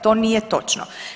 To nije točno.